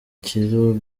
kirego